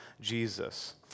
Jesus